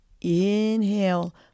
inhale